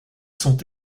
sont